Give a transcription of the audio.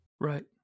Right